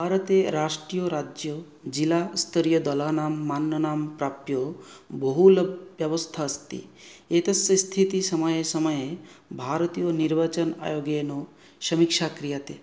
भारते राष्ट्रे राज्यौ जिल्लास्तरीय दलानां माननं प्राप्य बहुल व्यवस्था अस्ति एतस्य स्थितिः समये समये भारतीयनिर्वचन आयोगेन समीक्षा क्रियते